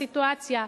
הסיטואציה,